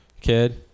kid